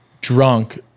drunk